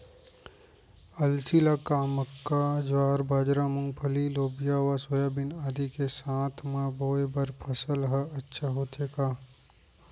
अलसी ल का मक्का, ज्वार, बाजरा, मूंगफली, लोबिया व सोयाबीन आदि के साथ म बोये बर सफल ह अच्छा होथे का?